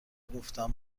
گفتم